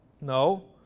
No